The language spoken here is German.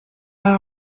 war